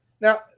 Now